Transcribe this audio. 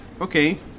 Okay